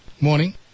morning